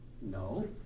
no